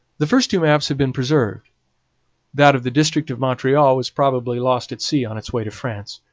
the first two maps have been preserved that of the district of montreal was probably lost at sea on its way to france.